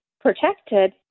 protected